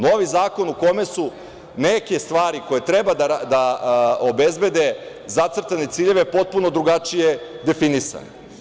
Novi zakon u kome su neke stvari koje treba da obezbede zacrtane ciljeve potpuno drugačije definisane.